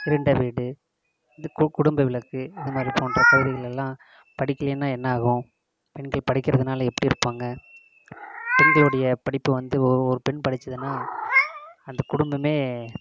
இருண்ட வீடு இது குடும்ப விளக்கு இதுமாதிரி போன்ற கவிதைகள் எல்லாம் படிக்கலைன்னா என்ன ஆகும் பெண்கள் படிக்கிறதுனால எப்படி இருப்பாங்க பெண்களுடைய படிப்பு வந்து ஒரு பெண் படித்ததுன்னா அந்த குடும்பமே